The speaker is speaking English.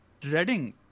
dreading